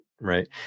right